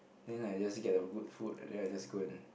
then I just get the good food and then I just go and